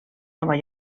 nova